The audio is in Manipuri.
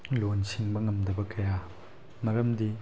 ꯂꯣꯟ ꯁꯤꯡꯕ ꯉꯝꯗꯕ ꯀꯌꯥ ꯃꯔꯝꯗꯤ